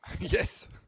Yes